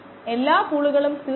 ഞാൻ ഈ പ്രശ്നം നിങ്ങൾക്ക് നൽകുന്നു